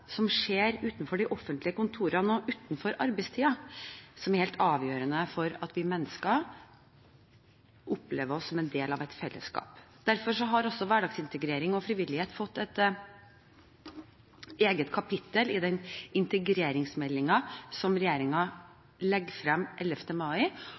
offentlige kontorene og utenfor arbeidstiden, som er helt avgjørende for at vi mennesker opplever at vi er en del av et fellesskap. Derfor har også hverdagsintegrering og frivillighet fått et eget kapittel i den integreringsmeldingen som regjeringen legger frem 11. mai,